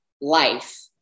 life